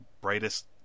brightest